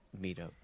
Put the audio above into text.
meetup